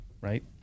right